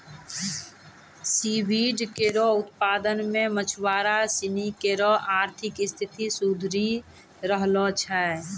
C weed केरो उत्पादन सें मछुआरा सिनी केरो आर्थिक स्थिति सुधरी रहलो छै